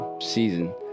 season